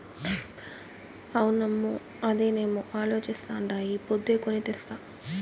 అవునమ్మో, అదేనేమో అలోచిస్తాండా ఈ పొద్దే కొని తెస్తా